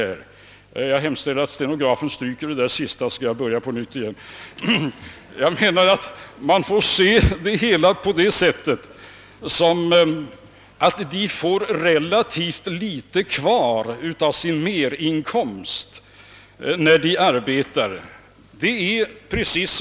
Det är riktigt att folkpensionärerna får relativt litet kvar av sin merinkomst när de arbetar. Det är precis .